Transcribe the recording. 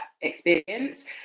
experience